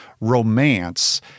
romance